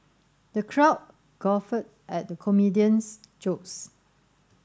the crowd guffawed at the comedian's jokes